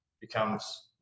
becomes